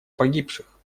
погибших